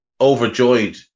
overjoyed